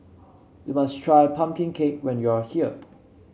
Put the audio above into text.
you must try pumpkin cake when you are here